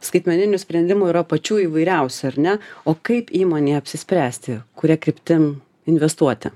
skaitmeninių sprendimų yra pačių įvairiausių ar ne o kaip įmonei apsispręsti kuria kryptim investuoti